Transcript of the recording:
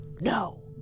No